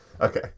Okay